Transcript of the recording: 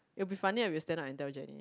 it'll be funny if you stand up and tell Jenny